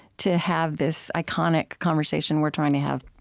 to have this iconic conversation we're trying to have